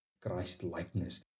Christ-likeness